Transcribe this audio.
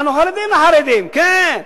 אנחנו חרדים לחרדים, כן.